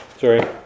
sorry